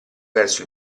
verso